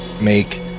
make